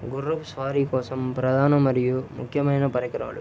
గుర్రపు స్వారీ కోసం ప్రధాన మరియు ముఖ్యమైన పరికరాలు